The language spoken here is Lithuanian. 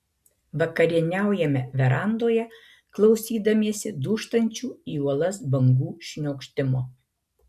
vakarieniaujame verandoje klausydamiesi dūžtančių į uolas bangų šniokštimo